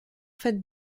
faites